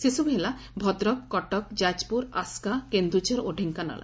ସେସବୁ ହେଲା ଭଦ୍ରକ କଟକ ଯାଜପୁର ଆସ୍କା କେଦୁଝର ଓ ଢେଙ୍କାନାଳ